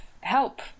help